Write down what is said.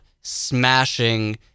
smashing